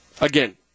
again